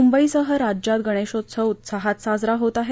मुंबईसह राज्यात गणेशोत्सव उत्साहात साजरा होत आहे